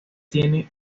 tiene